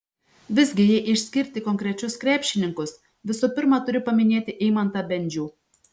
visgi jei išskirti konkrečius krepšininkus visų pirma turiu paminėti eimantą bendžių